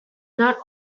not